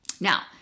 Now